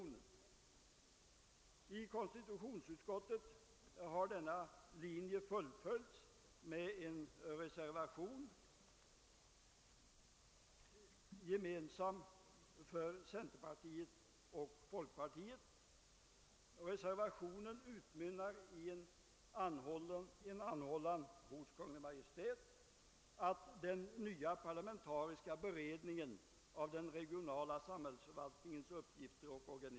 2) i skrivelse till Kungl. Maj:t anhålla att till grund för den nya parlamentariska beredningen av länsförvaltningens uppgifter och organisation skall ligga strävan till vidgat och fördjupat inflytande över samhällsplaneringen för primäroch landstingskommuner>. nernas syfte».